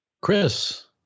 Chris